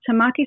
Tamaki